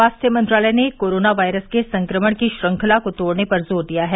स्वास्थ्य मंत्रालय ने कोरोना वायरस के संक्रमण की श्रंखला को तोड़ने पर जोर दिया है